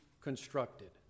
constructed